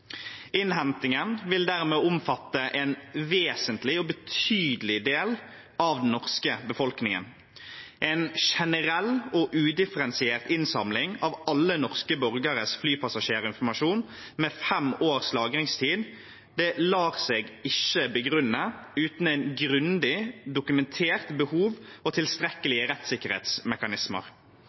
Innhentingen vil dermed omfatte en vesentlig og betydelig del av den norske befolkningen. En generell og udifferensiert innsamling av alle norske borgeres flypassasjerinformasjon med fem års lagringstid lar seg ikke begrunne uten et grundig dokumentert behov og tilstrekkelige rettssikkerhetsmekanismer.